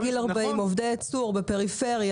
עובדי ייצור מעל גיל 40 בפריפריה,